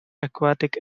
aquatic